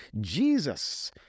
jesus